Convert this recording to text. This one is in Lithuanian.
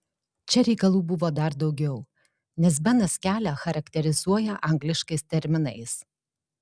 čia reikalų buvo dar daugiau nes benas kelią charakterizuoja angliškais terminais